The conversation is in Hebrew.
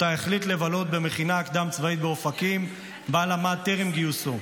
והחליט לבלות אותה במכינה הקדם-צבאית באופקים שבה למד טרם גיוסו.